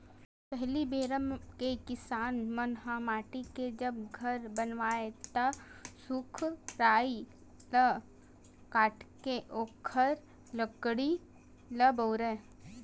पहिली बेरा के किसान मन ह माटी के जब घर बनावय ता रूख राई ल काटके ओखर लकड़ी ल बउरय